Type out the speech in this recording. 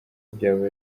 byaba